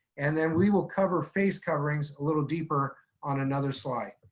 and then we will cover face coverings a little deeper on another slide.